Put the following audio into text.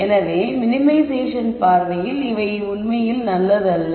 எனவே மினிமைசேஷன் பார்வையில் அவை உண்மையில் நல்லதல்ல